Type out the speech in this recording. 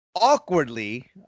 Awkwardly